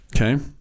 Okay